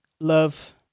Love